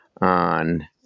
on